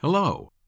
Hello